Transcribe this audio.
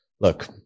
Look